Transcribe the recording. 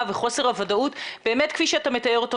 וחוסר הוודאות כפי שאתה מתאר אותו,